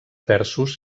versos